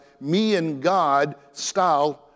me-and-God-style